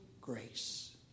grace